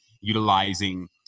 utilizing